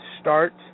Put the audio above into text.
start